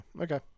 Okay